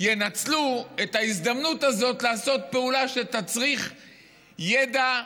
ינצלו את ההזדמנות הזאת לעשות פעולה שתצריך ידע,